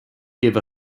give